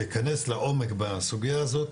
להיכנס לעומק בסוגייה הזאת,